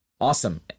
Awesome